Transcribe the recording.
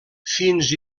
fins